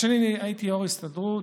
כשאני הייתי יו"ר ההסתדרות,